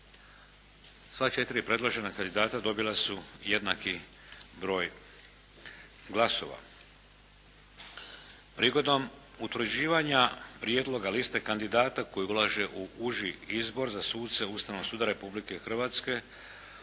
sva četiri predložena kandidata dobila su jednaki broj glasova. Prigodom utvrđivanja prijedloga liste kandidata koji ulaze u uži izbor za suce Ustavnog suda Republike Hrvatske